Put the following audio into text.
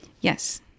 Yes